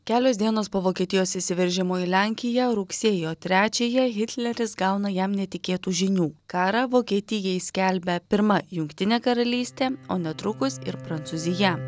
kelios dienos po vokietijos įsiveržimo į lenkiją rugsėjo trečiąją hitleris gauna jam netikėtų žinių karą vokietijai skelbia pirma jungtinė karalystė o netrukus ir prancūzija